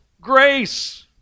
grace